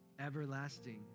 everlasting